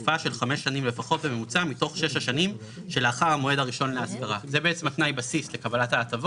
הוא מחויב להשכיר 15 שנים מתוך 18. אבל הוא --- תן לו להשלים.